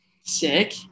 sick